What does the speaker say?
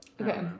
Okay